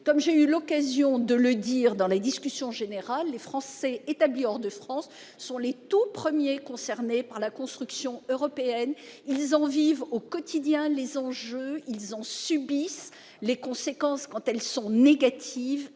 Comme j'ai eu l'occasion de le dire dans la discussion générale, les Français établis hors de France sont les tout premiers concernés par la construction européenne. Ils en vivent au quotidien les enjeux, en subissent les conséquences quand elles sont négatives,